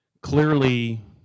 Clearly